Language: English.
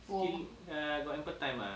oh